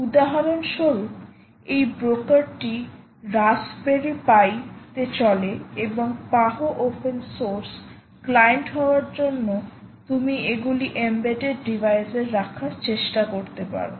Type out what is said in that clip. উদাহরণস্বরূপ এই ব্রোকার টি রাস্পবেরি পাই তে চলে এবং PAHO ওপেন সোর্স ক্লায়েন্ট হওয়ায় জন্য তুমি এগুলি এম্বেডেড ডিভাইসে রাখার চেষ্টা করতে পারো